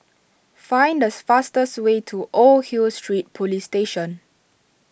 find the fastest way to Old Hill Street Police Station